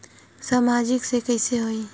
सामाजिक से कइसे होही?